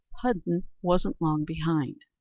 hudden wasn't long behind.